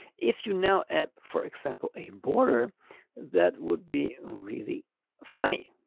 if you know add for example, a border that would be really funny.